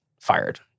fired